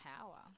power